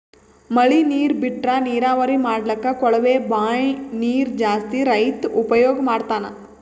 ಮಳಿ ನೀರ್ ಬಿಟ್ರಾ ನೀರಾವರಿ ಮಾಡ್ಲಕ್ಕ್ ಕೊಳವೆ ಬಾಂಯ್ ನೀರ್ ಜಾಸ್ತಿ ರೈತಾ ಉಪಯೋಗ್ ಮಾಡ್ತಾನಾ